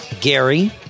Gary